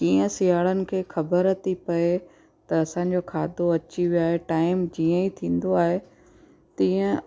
कीअं सियाड़नि खे ख़बर थी पए त असांजो खाधो अची वियो आहे टाइम जीअं ई थींदो आहे तीअं